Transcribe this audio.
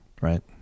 Right